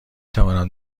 توانم